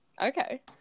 Okay